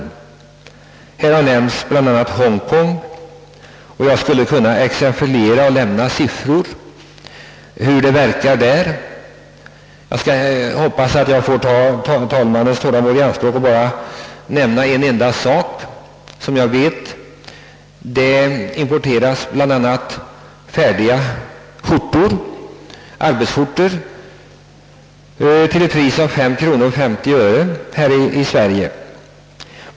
Här har nämnts bl.a. Hongkong, och jag hoppas att jag får ta talmannens tålamod i anspråk och bara nämna ett exempel på importen därifrån. Vi importerar bl.a. färdiga arbetsskjortor till ett pris av 5:50.